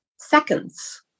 seconds